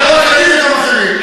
ולא רק אני, גם אחרים.